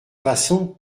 façon